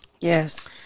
yes